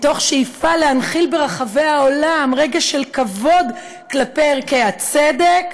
מתוך שאיפה להנחיל ברחבי העולם רגש של כבוד כלפי ערכי הצדק,